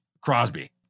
Crosby